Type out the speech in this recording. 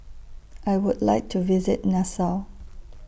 I Would like to visit Nassau